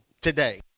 today